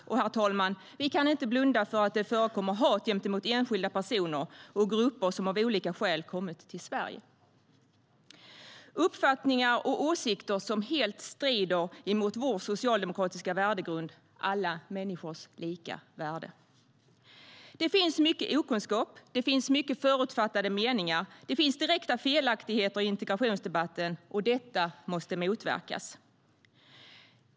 Vi kan inte heller, herr talman, blunda för att det förekommer hat gentemot enskilda personer och grupper som av olika skäl har kommit till Sverige. Det är uppfattningar och åsikter som helt strider mot vår socialdemokratiska värdegrund, nämligen allas lika värde. Det finns mycket okunskap, och det finns mycket förutfattade meningar. Det finns direkta felaktigheter i integrationsdebatten, och detta måste motverkas.